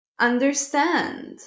understand